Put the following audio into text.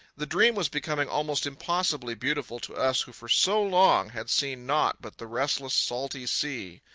the dream was becoming almost impossibly beautiful to us who for so long had seen naught but the restless, salty sea.